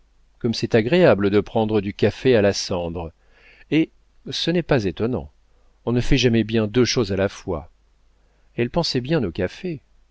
comme c'est agréable de prendre du café à la cendre hé ce n'est pas étonnant on ne fait jamais bien deux choses à la fois elle pensait bien au café